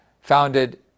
Founded